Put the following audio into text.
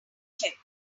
checked